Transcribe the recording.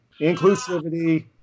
inclusivity